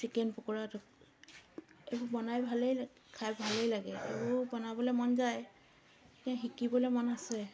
chicken pakora এইবোৰ বনাই ভালেই লাগে খাই ভালে লাগে এইবোৰ বনাবলৈ মন যায় এ শিকিবলৈ মন আছে